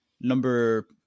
number